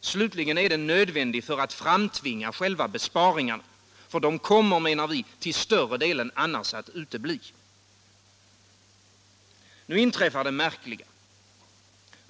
Slutligen är den nödvändig för att framtvinga själva besparingarna, för annars kommer de, enligt vår åsikt, att till stor del utebli. Nu inträder det märkliga.